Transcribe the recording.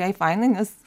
jai fainai nes